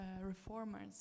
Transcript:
reformers